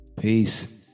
Peace